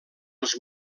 els